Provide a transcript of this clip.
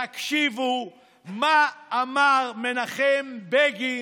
תקשיבו מה אמר מנחם בגין,